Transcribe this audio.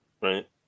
right